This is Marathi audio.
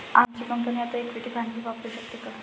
आमची कंपनी आता इक्विटी भांडवल वापरू शकते का?